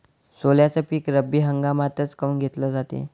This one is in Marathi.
सोल्याचं पीक रब्बी हंगामातच काऊन घेतलं जाते?